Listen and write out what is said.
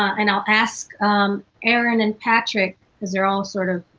and i'll ask aaron and patrick cause they're all sort of